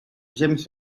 james